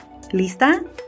Lista